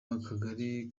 w’akagari